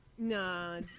Nah